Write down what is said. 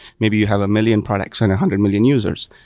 maybe you have a million product and a hundred million users.